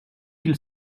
ils